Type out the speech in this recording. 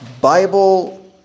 Bible